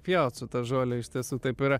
pjaut su ta žole iš tiesų taip yra